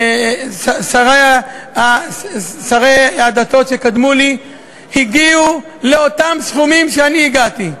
שרי הדתות שקדמו לי הגיעו לאותם סכומים שאני הגעתי.